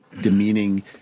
demeaning